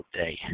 day